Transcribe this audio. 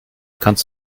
kannst